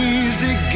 easy